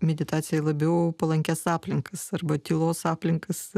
meditacijai labiau palankias aplinkas arba tylos aplinkas